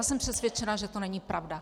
Jsem přesvědčena, že to není pravda.